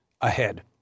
ahead